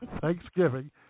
Thanksgiving